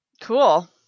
Cool